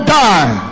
die